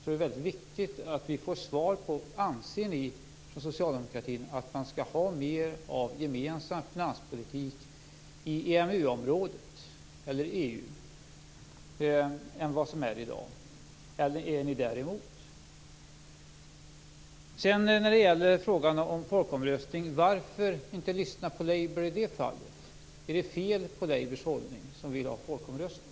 Det är mycket viktigt att vi får svar på frågan: Anser ni från socialdemokratin att man skall ha mer av gemensam finanspolitik i EMU-området eller EU än i dag, eller är ni däremot? När det gäller frågan om folkomröstning undrar jag varför ni inte lyssnar på Labour, som vill ha folkomröstning. Är det något fel på Labours hållning?